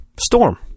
Storm